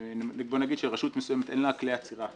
בוא נגיד, שלרשות מסוימת אין לה כלי עצירה לאסוף,